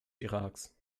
iraks